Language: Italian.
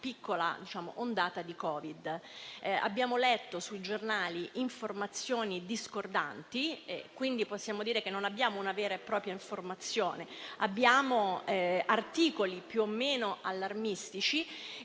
piccola ondata di Covid. Abbiamo letto sui giornali informazioni discordanti, quindi possiamo dire che non abbiamo una vera e propria informazione, ma articoli più o meno allarmistici.